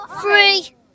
Three